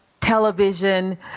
television